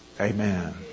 Amen